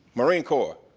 marine corps.